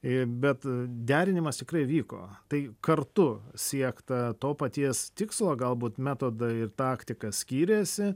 e bet derinimas tikrai įvyko tai kartu siekta to paties tikslo galbūt metodai ir taktika skyrėsi